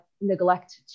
neglect